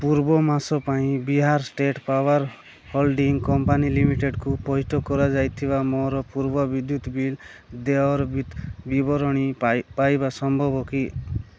ପୂର୍ବ ମାସ ପାଇଁ Bihar state power holding company ଲିମିଟେଡ଼୍କୁ ପଇଠ କରାଯାଇଥିବା ମୋର ପୂର୍ବ ବିଦ୍ୟୁତ ବିଲ୍ ଦେୟର ବିବରଣୀ ପାଇବା ସମ୍ଭବ କି